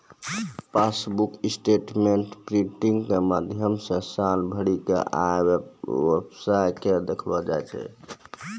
passbook statement printing के माध्यमो से साल भरि के आय व्यय के देखलो जाय छै